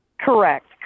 Correct